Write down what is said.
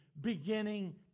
beginning